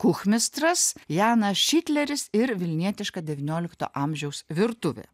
kuchmistras janas šitleris ir vilnietiška devyniolikto amžiaus virtuvė